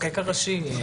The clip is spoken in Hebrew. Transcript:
המחוקק הראשי.